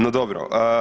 No dobro.